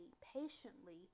patiently